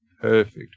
perfect